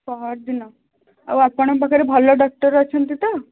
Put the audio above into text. ପହରଦିନ ଆଉ ଆପଣଙ୍କ ପାଖରେ ଭଲ ଡକ୍ଟର୍ ଅଛନ୍ତି ତ